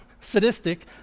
sadistic